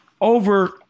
over